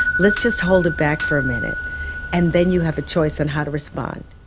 let's just hold it back for a minute and then you have a choice on how to respond.